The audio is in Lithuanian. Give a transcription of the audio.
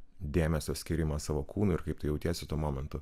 dėmesio skyrimą savo kūno ir kaip tu jautiesi tuo momentu